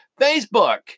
Facebook